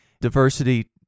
diversity